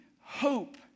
hope